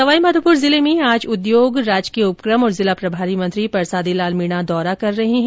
सवाई माधोपुर जिले में आज उद्योगराजकीय उपक्रम और जिला प्रभारी मंत्री परसादी लाल मीणा दौरा कर रहे हैं